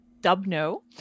Dubno